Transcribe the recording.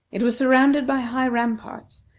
it was surrounded by high ramparts,